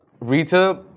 Rita